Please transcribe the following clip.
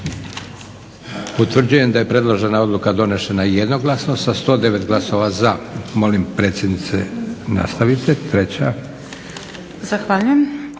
Utvrđujem da je preložena odluka donešena jednoglasno sa 109 glasova za. Molim predsjednice nastavite, treća. **Sobol,